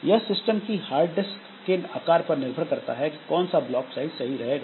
यह सिस्टम की hard disk के आकार पर निर्भर करता है कि कौन सा ब्लॉक साइज़ सही रहेगा